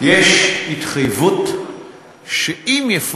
יש התחייבות שאם,